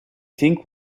think